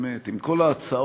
באמת, עם כל ההצעות